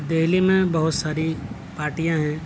دہلی میں بہت ساری پارٹیاں ہیں